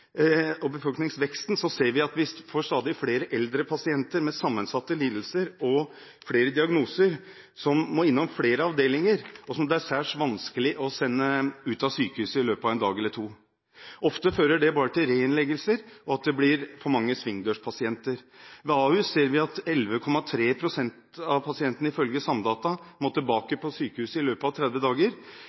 og befolkningsveksten ser vi at vi får stadig flere eldre pasienter med sammensatte lidelser og flere diagnoser, som må innom flere avdelinger, og som det er særs vanskelig å sende ut av sykehuset i løpet av en dag eller to. Ofte fører det bare til reinnleggelser og til at det blir for mange svingdørspasienter. Ved Ahus ser vi at 11,3 pst. av pasientene, ifølge Samdata, må tilbake på sykehuset i løpet av 30 dager.